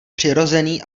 přirozený